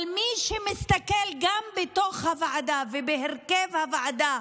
אבל מי שמסתכל גם בתוך הוועדה ובהרכב הוועדה,